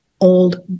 old